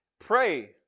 Pray